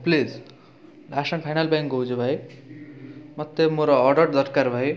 please last and final ପାଇଁ କହୁଛି ଭାଇ ମୋତେ ମୋର ଅର୍ଡ଼ର୍ ଦରକାର ଭାଇ